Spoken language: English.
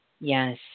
Yes